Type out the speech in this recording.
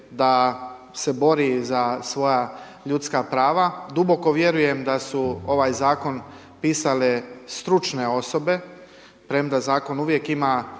Hvala vama.